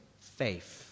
faith